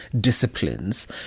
disciplines